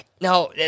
No